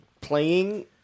playing